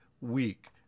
week